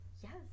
Yes